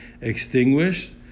extinguished